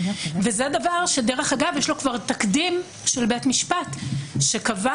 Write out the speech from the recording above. וזה דבר שדרך אגב כבר יש לו תקדים של בית משפט שקבע,